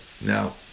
Now